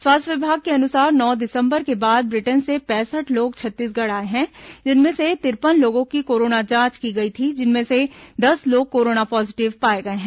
स्वास्थ्य विभाग के अनुसार नौ दिसंबर के बाद ब्रिटेन से पैंसठ लोग छत्तीसगढ़ आए हैं उनमें से तिरपन लोगों की कोरोना जांच की गई थी जिनमें से दस लोग कोरोना पॉजीटिव पाए गए हैं